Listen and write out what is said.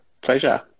Pleasure